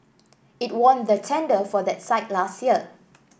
it won the tender for that site last year